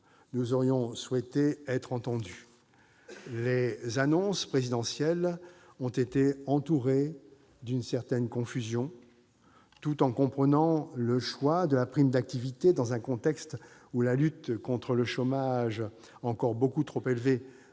Nous aurions souhaité être entendus. Les annonces présidentielles ont été entourées d'une certaine confusion. Tout en comprenant le choix de la prime d'activité dans un contexte où la lutte contre le chômage, lequel est encore beaucoup trop élevé,